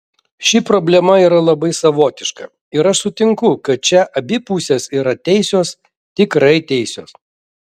ši problema yra labai savotiška ir aš sutinku kad čia abi pusės yra teisios tikrai teisios